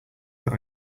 that